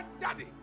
Daddy